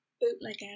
bootlegger